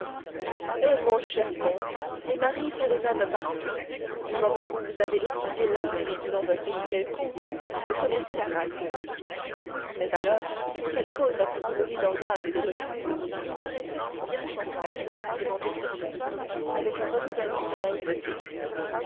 eh mon cher comte les maris sont les mêmes partout du moment où vous avez étudié l'individu dans un pays quelconque vous connaissez la race mais alors quelle cause a pu brouiller danglars et debray ils paraissaient si bien s'entendre dit monte cristo avec un renouvellement de naïveté